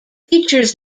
features